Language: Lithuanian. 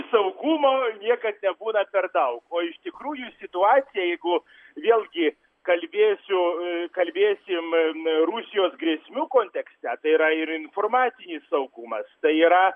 saugumo niekad nebūna per daug o iš tikrųjų situacija jeigu vėlgi kalbėsiu kalbėsim rusijos grėsmių kontekste tai yra ir informacinis saugumas tai yra